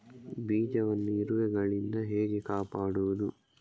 ಬೀಜವನ್ನು ಇರುವೆಗಳಿಂದ ಹೇಗೆ ಕಾಪಾಡುವುದು?